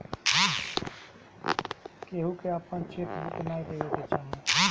केहू के आपन चेक बुक नाइ देवे के चाही